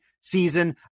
season